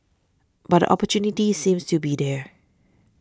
but the opportunity seems to be there